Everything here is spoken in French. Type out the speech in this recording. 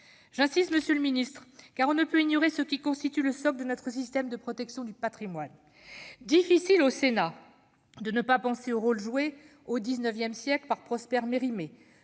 J'insiste, monsieur le ministre, car on ne peut ignorer ce qui constitue le socle de notre système de protection du patrimoine. Difficile au Sénat de ne pas penser au rôle joué au XIX siècle par Prosper Mérimée,